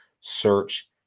search